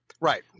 Right